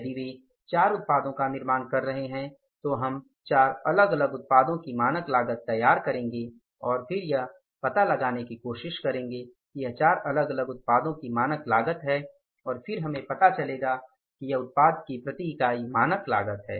यदि वे 4 उत्पादों का निर्माण कर रहे हैं तो हम चार अलग अलग उत्पादों की मानक लागत तैयार करेंगे और फिर हम यह पता लगाने की कोशिश करेंगे कि यह चार अलग अलग उत्पादों की मानक लागत है और फिर हमें पता चलेगा कि यह उत्पाद की प्रति इकाई मानक लागत है